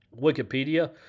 Wikipedia